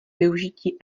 využití